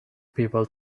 people